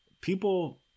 People